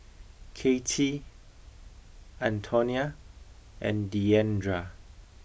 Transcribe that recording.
Kacie Antonia and Diandra